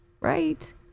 Right